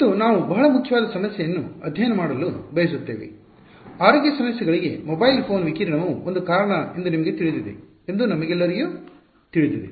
ಮತ್ತು ನಾವು ಬಹಳ ಮುಖ್ಯವಾದ ಸಮಸ್ಯೆಯನ್ನು ಅಧ್ಯಯನ ಮಾಡಲು ಬಯಸುತ್ತೇವೆ ಆರೋಗ್ಯ ಸಮಸ್ಯೆಗಳಿಗೆ ಮೊಬೈಲ್ ಫೋನ್ ವಿಕಿರಣವು ಒಂದು ಕಾರಣ ಎಂದು ನಿಮಗೆ ತಿಳಿದಿದೆ ಎಂದು ನಮಗೆಲ್ಲರಿಗೂ ತಿಳಿದಿದೆ